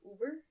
Uber